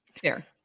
Fair